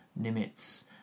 Nimitz